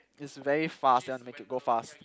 it's very fast you want to make it go fast